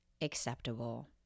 acceptable